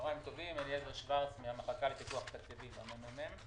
אני מן המחלקה לפיקוח תקציבי ב-ממ"מ.